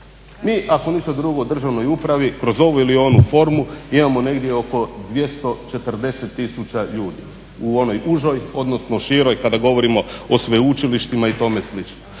Mi ako ništa drugo državnoj upravi kroz ovu ili onu formu imamo negdje oko 240 000 ljudi u onoj užoj, odnosno široj kada govorimo o sveučilištima i tome slično.